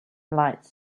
lights